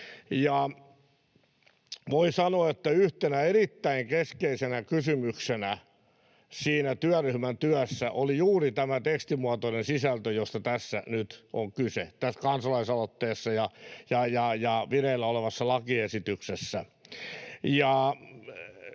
Voi sanoa, että yhtenä erittäin keskeisenä kysymyksenä siinä työryhmän työssä oli juuri tämä tekstimuotoinen sisältö, josta nyt on kyse tässä kansalaisaloitteessa ja vireillä olevassa lakiesityksessä.